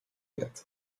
pit